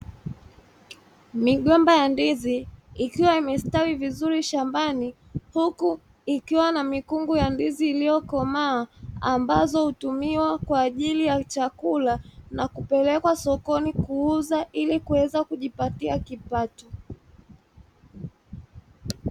Migomba ya ndizi ikiwa imestawi vizuri shambani, huku ikiwa na mikungu ya ndizi iliyokomaa; ambazo hutumia kwa ajili ya chakula na kupelekwa sokoni kuuza ili kuweza kujipatia kipato.